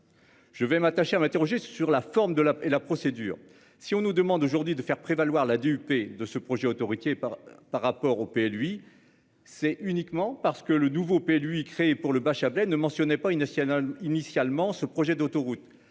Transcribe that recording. Je vais m'attacher à m'interroger sur la forme de la et la procédure. Si on nous demande aujourd'hui de faire prévaloir la Duper de ce projet autoroutier par par rapport aux pays lui c'est uniquement parce que le nouveau PLU, il crée pour le bas Châtelet ne mentionnait pas une nationale initialement ce projet d'autoroute.